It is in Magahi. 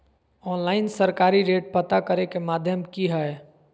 ऑनलाइन सरकारी रेट पता करे के माध्यम की हय?